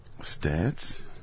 Stats